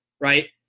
right